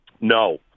No